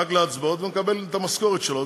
רק להצבעות, והוא מקבל את המשכורת שלו.